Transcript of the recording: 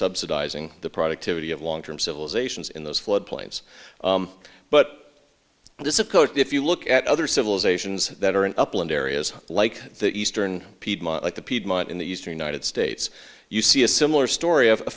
subsidizing the productivity of long term civilizations in those flood plains but i do suppose that if you look at other civilizations that are in upland areas like the eastern piedmont like the piedmont in the eastern united states you see a similar story of a